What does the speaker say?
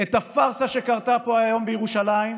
את הפארסה שקרתה פה היום בירושלים,